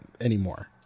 anymore